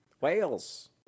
Wales